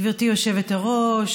גברתי היושבת-ראש,